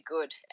good